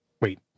Wait